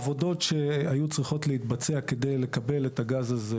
העבודות שהיו צריכות להתבצע כדי לקבל את הגז הזה,